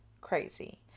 Crazy